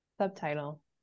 subtitle